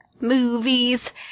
movies